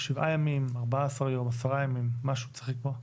שבעה ימים, 14 יום, 10 ימים, משהו צריך לקבוע.